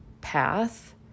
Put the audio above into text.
path